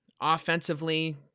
Offensively